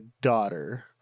daughter